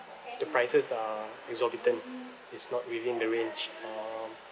the prices are exorbitant it's not within the range um